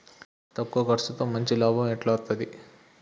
తక్కువ కర్సుతో మంచి లాభం ఎట్ల అస్తది?